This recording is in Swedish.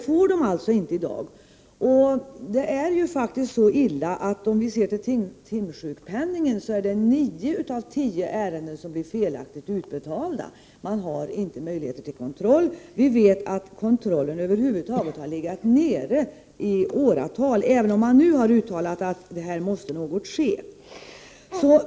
Beträffande timsjukpenningen är det för närvarande så illa att felaktiga utbetalningar görs i nio av tio ärenden. Man har inte möjlighet till kontroll. Kontrollen har över huvud taget legat nere i åratal, även om det nu har uttalats att något måste ske på den punkten.